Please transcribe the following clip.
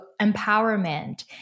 empowerment